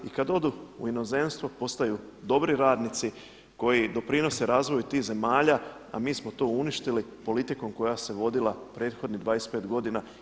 I kad odu u inozemstvo postaju dobri radnici koji doprinose razvoju tih zemalja, a mi smo to uništili politikom koja se vodila prethodnih 25 godina.